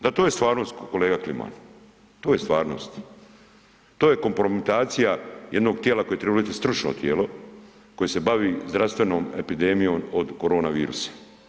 Da to je stvarnost kolega Kliman, to je stvarnost, to je kompromitacija jednog tijela koje bi trebalo biti stručno tijelo, koje se bavi zdravstvenom epidemijom od korona virusa.